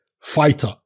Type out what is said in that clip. fighter